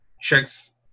checks